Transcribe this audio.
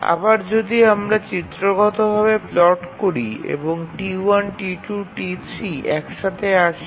আবার যদি আমরা চিত্রগত ভাবে প্লট করি এবং T1 T2 T3 একসাথে আসি